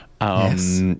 Yes